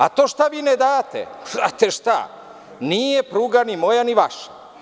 A to šta vi ne date, znate šta, nije pruga ni moja ni vaša.